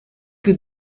più